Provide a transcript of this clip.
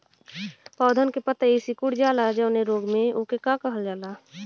पौधन के पतयी सीकुड़ जाला जवने रोग में वोके का कहल जाला?